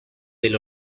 del